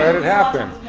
and it happen.